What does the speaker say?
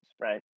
right